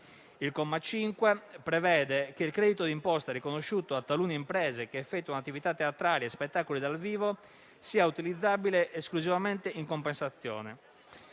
Il comma 5 prevede che il credito d'imposta riconosciuto a talune imprese che effettuano attività teatrali e spettacoli dal vivo sia utilizzabile esclusivamente in compensazione.